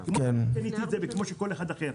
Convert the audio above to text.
כמו שאני קניתי את זה וכמו כל אחד אחר.